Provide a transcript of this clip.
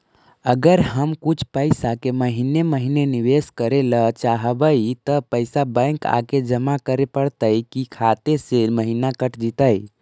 अगर हम कुछ पैसा के महिने महिने निबेस करे ल चाहबइ तब पैसा बैक आके जमा करे पड़तै कि खाता से महिना कट जितै?